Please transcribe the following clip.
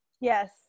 Yes